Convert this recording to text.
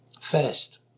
First